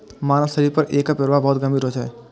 मानव शरीर पर एकर प्रभाव बहुत गंभीर होइ छै